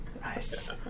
Nice